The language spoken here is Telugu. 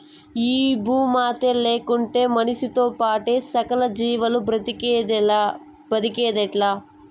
ఈ భూమాతే లేకుంటే మనిసితో పాటే సకల జీవాలు బ్రతికేదెట్టా